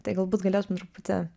tai galbūt galėtum truputį